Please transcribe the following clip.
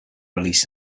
released